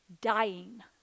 Dying